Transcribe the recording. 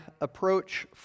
approach